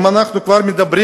אם אנחנו כבר מדברים,